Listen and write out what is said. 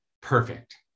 perfect